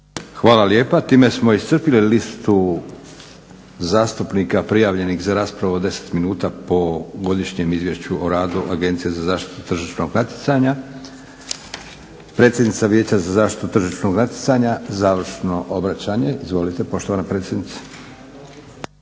Hvala lijepa. Time smo iscrpili listu zastupnika prijavljenih za raspravu od 10 minuta po Godišnjem izvješću o radu Agencije za zaštitu tržišnog natjecanja. Predsjednica Vijeća za zaštitu tržišnog natjecanja, završno obraćanje. Izvolite poštovana predsjednice.